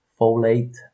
folate